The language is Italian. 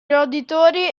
roditori